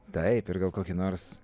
taip ir gal kokį nors